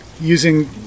using